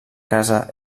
casa